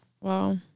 Wow